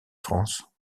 france